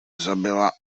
zabila